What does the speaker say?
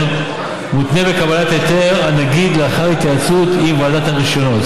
מותנית בקבלת היתר הנגיד לאחר התייעצות עם ועדת הרישיונות,